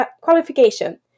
qualification